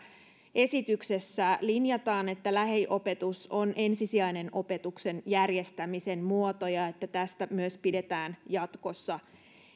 esityksessä linjataan että lähiopetus on ensisijainen opetuksen järjestämisen muoto ja että tästä myös pidetään jatkossa